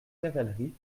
cavalerie